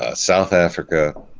ah south africa.